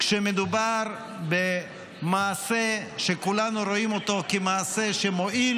כשמדובר במעשה שכולנו רואים אותו כמעשה שמועיל